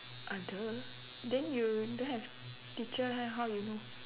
ah duh then you don't have teacher then how you know